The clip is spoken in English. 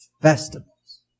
festivals